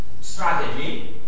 strategy